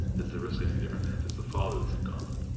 is the risk any different than if it's the father that's in common?